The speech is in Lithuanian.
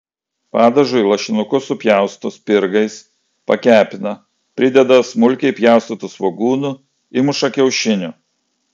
padažui lašinukus supjausto spirgais pakepina prideda smulkiai pjaustytų svogūnų įmuša kiaušinių